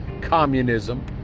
communism